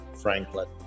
Franklin